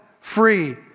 free